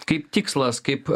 kaip tikslas kaip